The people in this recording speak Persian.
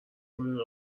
مدل